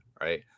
right